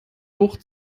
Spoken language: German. wucht